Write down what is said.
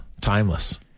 timeless